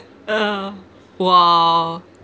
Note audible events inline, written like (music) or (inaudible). oh (laughs) !wow!